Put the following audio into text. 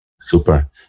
Super